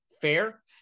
fair